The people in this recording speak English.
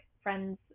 friends